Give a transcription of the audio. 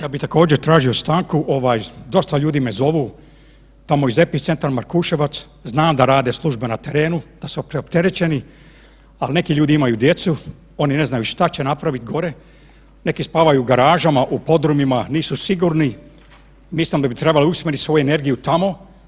Ja bih također tražio stanku ovaj dosta ljudi me zovu tamo iz epicentra Markuševac, znam da rade službe na terenu, da su preopterećeni, ali neki ljudi imaju djecu, oni ne znaju šta će napraviti gore, neki spavaju u garažama, u podrumima, nisu sigurni, mislim da bi trebalo usmjeriti svu energiju tamo.